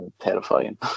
terrifying